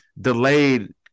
delayed